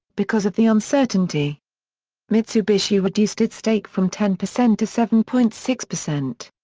because of the uncertainty mitsubishi reduced its stake from ten percent to seven point six percent.